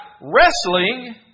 wrestling